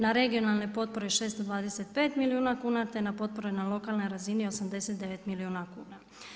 Na regionalne potpore 625 milijuna kuna, te na potpore na lokalnoj razini 89 milijuna kuna.